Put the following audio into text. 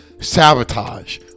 sabotage